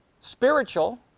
Spiritual